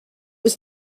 was